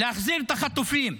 להחזיר את החטופים.